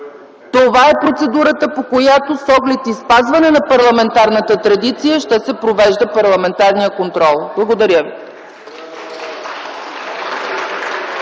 това е процедурата, по която с оглед и спазване на парламентарната традиция, ще се провежда парламентарният контрол. Благодаря ви.